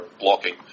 blocking